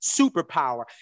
superpower